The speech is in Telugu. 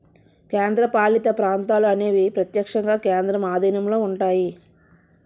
కేంద్రపాలిత ప్రాంతాలు అనేవి ప్రత్యక్షంగా కేంద్రం ఆధీనంలో ఉంటాయి